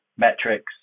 Metrics